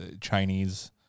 Chinese